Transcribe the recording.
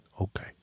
okay